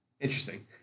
Interesting